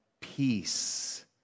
Peace